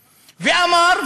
ואמר,